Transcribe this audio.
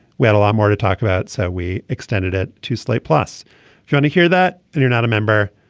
we had a lot more to talk about so we extended it to slate plus johnny here that you're not a member.